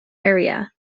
area